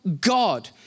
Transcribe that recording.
God